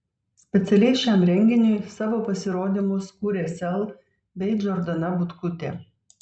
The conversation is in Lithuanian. specialiai šiam renginiui savo pasirodymus kūrė sel bei džordana butkutė